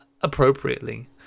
appropriately